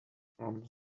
from